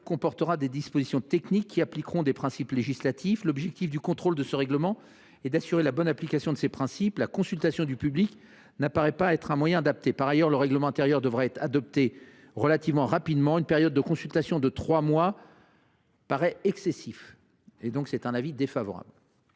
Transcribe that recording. comportera des dispositions techniques qui mettront en œuvre des principes législatifs. L’objectif du contrôle de ce règlement est d’assurer la bonne application de ces principes ; la consultation du public n’apparaît donc pas comme un moyen adapté. Par ailleurs, le règlement intérieur devant être adopté assez rapidement, une période de consultation de trois mois paraît excessive. La commission émet donc un avis défavorable